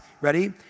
Ready